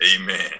Amen